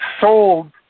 sold